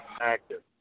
active